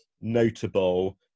notable